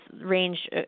range